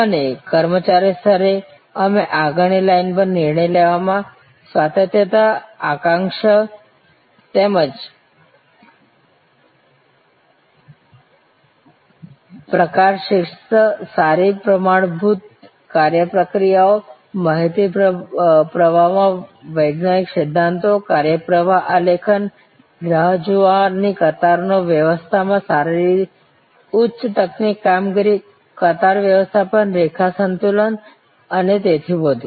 અને કર્મચારી સ્તરે અમે આગળની લાઇન પર નિર્ણય લેવામાં સ્વાયત્તતા અક્ષાંશ તેમજ પ્રકાર શિસ્ત સારી પ્રમાણભૂત કાર્ય પ્રક્રિયાઓ માહિતી પ્રવાહમાં વૈજ્ઞાનિક સિદ્ધાંતો કાર્યપ્રવાહઆલેખન રાહ જોવા ની કતાર નો વ્યવસ્થા માં સારી ઉચ્ચ તકનીકી કામગીરી કતાર વ્યવસ્થાપન રેખા સંતુલન અને તેથી વધુ